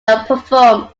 outperformed